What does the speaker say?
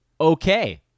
Okay